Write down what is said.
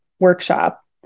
workshop